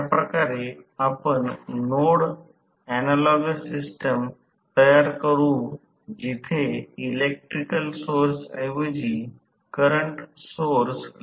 तर समीकरण 27 पासून जास्तीत जास्त टॉर्क d Td S 0 आहे